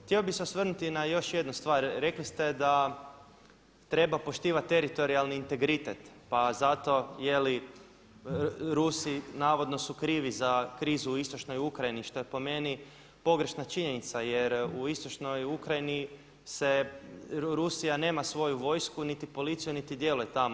Htio bih se osvrnuti na još jednu stvar, rekli ste da treba poštivati teritorijalni integritet pa zato Rusi navodno su krivi za krizu istočnoj Ukrajini što je po meni pogrešna činjenica jer u istočnoj Ukrajini Rusija nema svoju vojsku niti policiju, niti djeluje tamo.